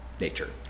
nature